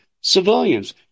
civilians